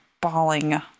bawling